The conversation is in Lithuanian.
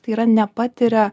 tai yra nepatiria